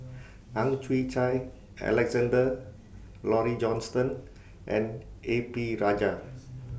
Ang Chwee Chai Alexander Laurie Johnston and A P Rajah